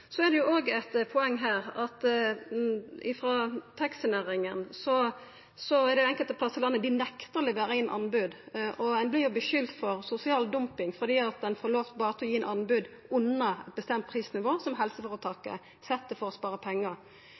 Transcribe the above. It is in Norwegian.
Så er det også eit poeng her at det er enkelte frå taxinæringa som nektar å levera inn anbod. Ein vert skulda for sosial dumping fordi ein berre får lov til å leggja inn anbod under eit bestemt prisnivå som helseføretaket set for å spara pengar.